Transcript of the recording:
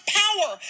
power